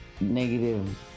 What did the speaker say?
negative